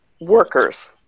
workers